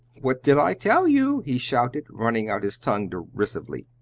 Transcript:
what did i tell you! he shouted, running out his tongue derisively.